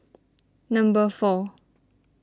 number four